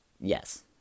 Yes